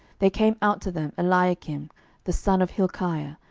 there came out to them eliakim the son of hilkiah,